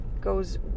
goes